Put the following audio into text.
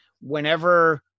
whenever